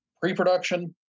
pre-production